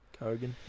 Kogan